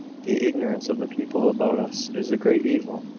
the ignorance of the people about us is the great evil.